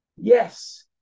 Yes